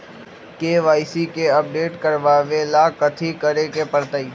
KYC के update करवावेला कथि करें के परतई?